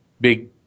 big